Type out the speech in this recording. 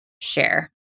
share